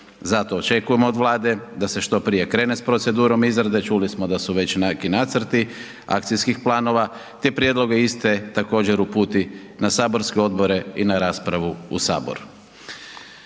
Zato očekujemo od Vlade da se što prije krene s procedurom izrade, čuli smo da su već nekakvi nacrti akcijskih planova te prijedloge iste također, uputi na saborske odbore i na raspravu u Saboru.